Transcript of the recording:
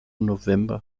november